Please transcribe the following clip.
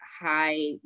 high